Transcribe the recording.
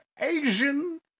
Asian